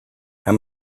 how